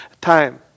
time